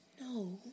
No